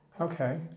Okay